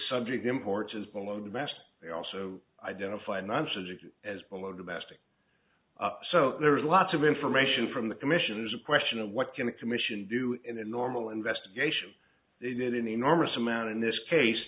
subject imports as below the best they also identify non surgical as below domestic so there are lots of information from the commission is a question of what can a commission do in a normal investigation they did an enormous amount in this case